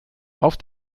auf